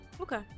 Okay